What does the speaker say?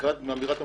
מאמירת המפקדים.